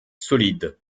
solides